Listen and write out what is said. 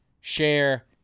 share